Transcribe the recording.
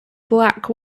black